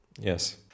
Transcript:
Yes